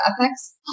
ethics